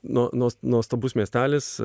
nu nuo nuostabus miestelis